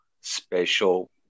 special